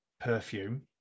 perfume